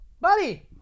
Buddy